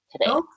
today